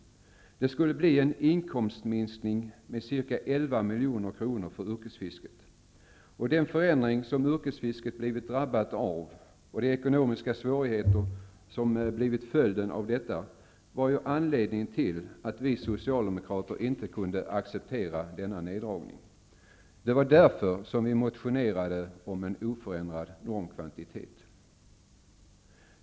Det skulle bli en inkomstminskning med ca 11 milj.kr. för yrkesfisket. Den förändring som yrkesfisket blivit drabbat av och de ekonomiska svårigheter som blivit följden av detta var anledningen till att vi socialdemokrater inte kunde acceptera denna neddragning. Det var av den anledningen som vi motionerade om oförändrad normkvantitet.